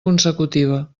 consecutiva